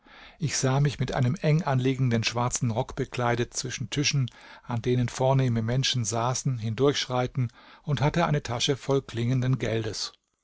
ich sah mich mit einem enganliegenden schwarzen rock bekleidet zwischen tischen an denen vornehme menschen saßen hindurchschreiten und hatte eine tasche voll klingenden geldes